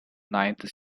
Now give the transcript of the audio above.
ninth